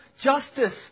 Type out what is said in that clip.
justice